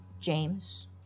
James